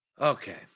Okay